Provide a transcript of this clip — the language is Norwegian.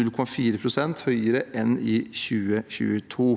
0,4 pst. høyere enn i 2022.